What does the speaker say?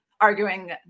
arguing